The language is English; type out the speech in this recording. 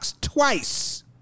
twice